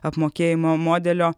apmokėjimo modelio